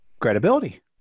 credibility